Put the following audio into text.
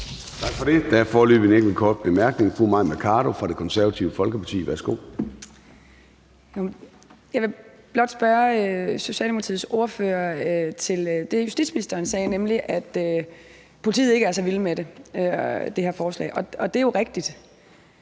Tak for det. Der er foreløbig en enkelt kort bemærkning fra fru Mai Mercado fra Det Konservative Folkeparti. Værsgo. Kl. 12:55 Mai Mercado (KF): Jeg vil blot spørge Socialdemokratiets ordfører til det, justitsministeren sagde, nemlig at politiet ikke er så vilde med det her forslag. Og det er jo rigtigt,